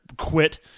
quit